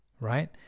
right